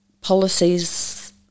policies